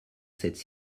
cette